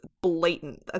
blatant